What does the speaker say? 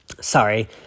sorry